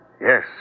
Yes